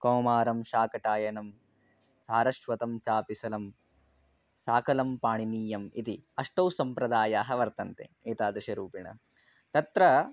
कौमारं शाकटायनं सारस्वतं चापिशलं शाकलं पाणिनीयम् इति अष्टौ सम्प्रदायाः वर्तन्ते एतादृशरूपेण तत्र